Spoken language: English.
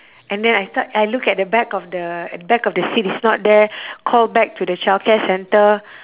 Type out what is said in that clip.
and then I start I look at the back of the at back of the seat it's not there call back to the childcare centre